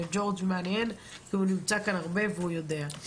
ג'ורג' מהנהן כי הוא נמצא כאן הרבה והוא יודע.